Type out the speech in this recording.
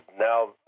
Now